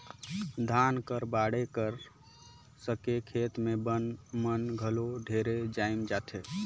धान कर बाढ़े कर संघे खेत मे बन मन घलो ढेरे जाएम जाथे